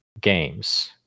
games